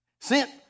Sent